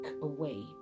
away